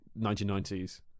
1990s